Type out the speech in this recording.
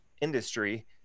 industry